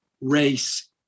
race